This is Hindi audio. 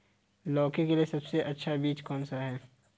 लौकी के लिए सबसे अच्छा बीज कौन सा है?